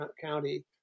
County